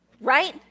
right